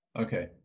Okay